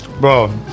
bro